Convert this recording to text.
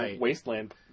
wasteland